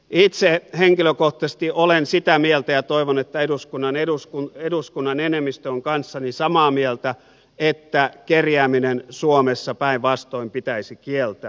itse henkilökohtaisesti olen sitä mieltä ja toivon että eduskunnan enemmistö on kanssani samaa mieltä että kerjääminen suomessa päinvastoin pitäisi kieltää